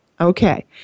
Okay